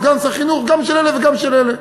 סגן שר חינוך גם של אלה וגם של אלה.